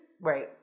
Right